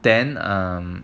then um